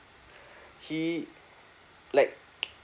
he like